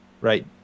right